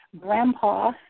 grandpa